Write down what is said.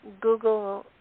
Google